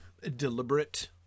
Deliberate